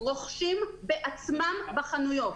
רוכשים בעצמם בחנויות.